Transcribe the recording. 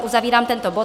Uzavírám tento bod.